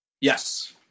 Yes